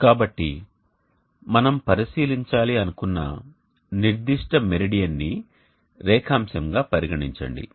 కాబట్టి మనం పరిశీలించాలి అనుకున్న నిర్దిష్ట మెరిడియన్ని రేఖాంశంగా పరిగణించండి